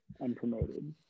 unpromoted